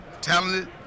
talented